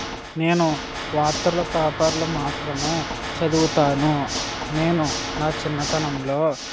నేను వార్తల పేపర్లు మాత్రమే చదువుతాను నేను నా చిన్నతనంలో